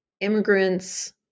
immigrants